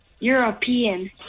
European